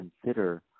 consider